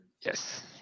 Yes